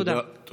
תודה רבה.